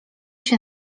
się